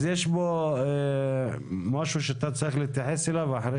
יש פה משהו שאתה צריך להתייחס אליו אחרי